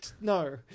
no